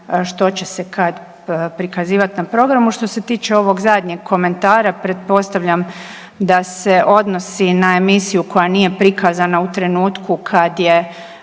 što će se kad prikazivati na programu. Što se tiče ovog zadnjeg komentara pretpostavljam da se odnosi na emisiju koja nije prikazana u trenutku kad je